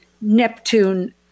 Neptune